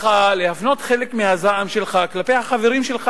להפנות חלק מהזעם שלך כלפי החברים שלך